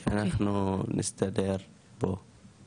ס': שאנחנו נסתדר פה,